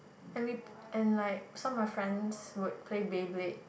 and we and like some of my friends would play Beyblade